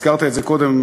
הזכרת את זה קודם,